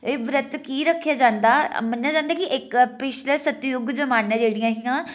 एह् व्रत कीऽ रखेआ जन्दा मन्नेआ जन्दा की इक पिच्छ्ले सत्तयुग जमान्नै जेह्ड़ियां हियां